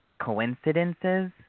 coincidences